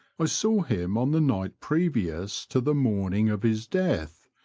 i saw him on the night previous to the morning of his death,